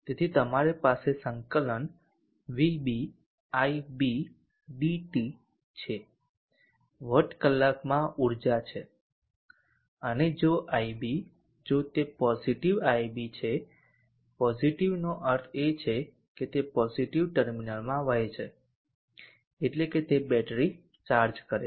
તેથી તમારી પાસે સંકલન vb ib dt છે આ વોટકલાકમાં ઊર્જા છે અને ib જો તે પોઝીટીવ ib છે પોઝીટીવ નો અર્થ છે કે તે પોઝીટીવ ટર્મિનલમાં વહે છે એટલે કે તે બેટરી ચાર્જ કરે છે